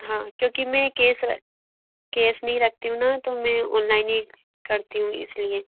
हाँ क्योंकि मैं केस केस नही रखती हूँ ना तो मैं ओनलाइन ही करती हूँ इसलिए